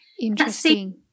Interesting